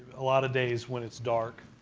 a lot of days when it's dark,